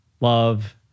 love